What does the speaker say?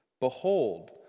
Behold